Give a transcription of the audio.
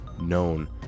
known